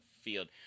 field